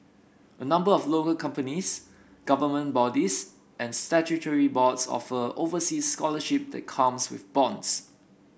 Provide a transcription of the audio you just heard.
a number of local companies government bodies and statutory boards offer overseas scholarship that comes with bonds